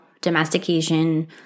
domestication